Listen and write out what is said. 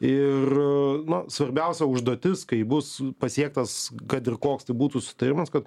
ir nu svarbiausia užduotis kai bus pasiektas kad ir koks būtų sutarimas kad